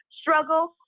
struggle